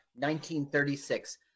1936